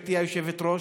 גברתי היושבת-ראש,